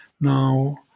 Now